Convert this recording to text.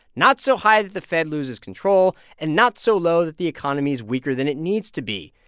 not so high that the fed loses control and not so low that the economy is weaker than it needs to be.